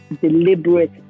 deliberate